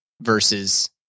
versus